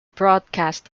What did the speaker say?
broadcast